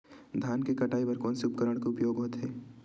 धान के कटाई बर कोन से उपकरण के उपयोग होथे?